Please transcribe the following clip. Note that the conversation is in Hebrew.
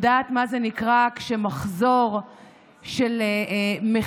יודעת מה זה נקרא כשמחזור של מכירות,